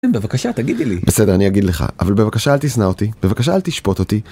בבקשה תגידי לי. -בסדר, אני אגיד לך. אבל בבקשה אל תשנא אותי, בבקשה אל תשפוט אותי